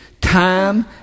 time